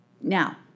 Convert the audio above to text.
Now